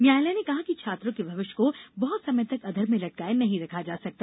न्यायालय ने कहा कि छात्रों के भविष्य को बहत समय तक अधर में लटकाए नहीं रखा जा सकता